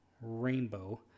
rainbow